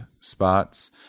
spots